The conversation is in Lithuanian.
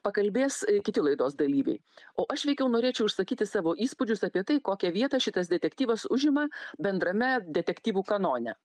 pakalbės kiti laidos dalyviai o aš veikiau norėčiau išsakyti savo įspūdžius apie tai kokią vietą šitas detektyvas užima bendrame detektyvų kanone